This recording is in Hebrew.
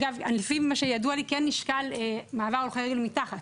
אגב לפי מה שידוע לי, כן נשקל מעבר הולכי רגל מתחת